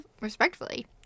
respectfully